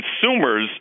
consumers